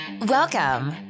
Welcome